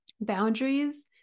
boundaries